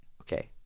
Okay